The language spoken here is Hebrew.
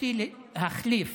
ביקשתי להחליף